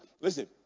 listen